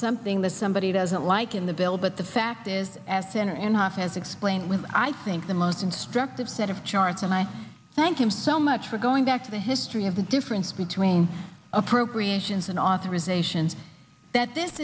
something that somebody doesn't like in the bill but the fact is as center and hard has explained with i think the most instructive set of charts and i thank him so much for going back to the history of the difference between appropriations and authorization that this